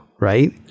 Right